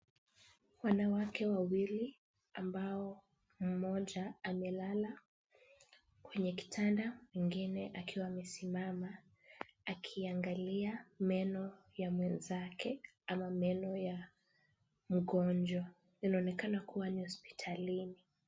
Wanawake wawili ambao mmoja amelala kwenye kitanda mwingine akiwa amesimama akiangalia meno ya mwenzake ama meno ya mgonjwa. Inaonekana kuwa ni hospitalini.